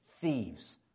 thieves